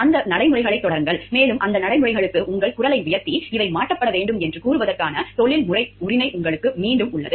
அந்த நடைமுறைகளைத் தொடருங்கள் மேலும் அந்த நடைமுறைகளுக்கு உங்கள் குரலை உயர்த்தி இவை மாற்றப்பட வேண்டும் என்று கூறுவதற்கான தொழில்முறை உரிமை உங்களுக்கு மீண்டும் உள்ளது